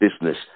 business –